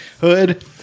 hood